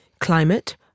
climate